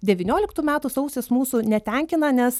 devynioliktų metų sausis mūsų netenkina nes